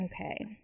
Okay